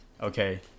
Okay